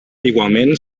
igualment